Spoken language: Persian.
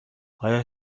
آیا